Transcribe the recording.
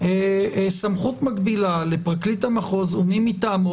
סמכות מקבילה לפרקליט המחוז או למי מטעמו,